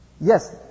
Yes